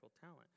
talent